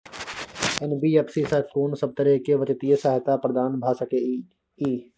NBFC स कोन सब तरह के वित्तीय सहायता प्रदान भ सके इ? इ